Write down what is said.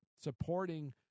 supporting